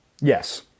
Yes